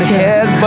head